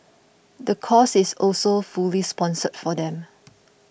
the course is also fully sponsored for them